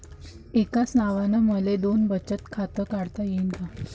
एकाच नावानं मले दोन बचत खातं काढता येईन का?